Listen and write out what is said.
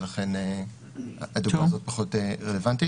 ולכן ההערה הזאת פחות רלוונטית.